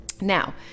Now